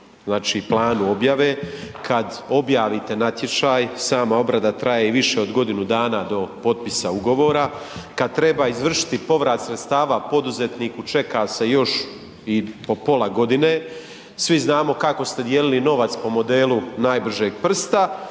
planu objave. Kad objavite natječaj, sama obrada traje i više od godinu dana do potpisa ugovora. Kad treba izvršiti povrat sredstva poduzetniku, čeka se još i pola godine. Svi znamo kako ste dijelili novac po modelu najbržeg prsta,